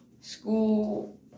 school